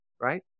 right